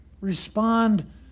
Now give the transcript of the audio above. respond